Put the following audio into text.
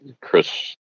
Chris